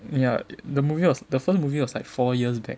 ya the movie was the first movie was like four years back